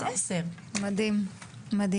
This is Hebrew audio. מדהים, מדהים